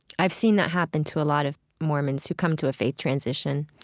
i've seen that happen to a lot of mormons who come to a faith transition,